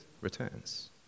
returns